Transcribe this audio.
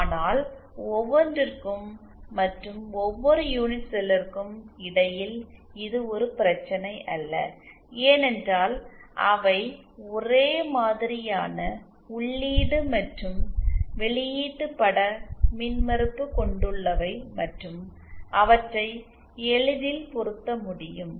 ஆனால் ஒவ்வொன்றிற்கும் மற்றும் ஒவ்வொரு யூனிட் செல்லிற்கும் இடையில் இது ஒரு பிரச்சனையல்ல ஏனென்றால் அவை ஒரே மாதிரியான உள்ளீடு மற்றும் வெளியீட்டு பட மின்மறுப்பு கொண்டுள்ளவை மற்றும் அவற்றை எளிதில் பொருத்த முடியும்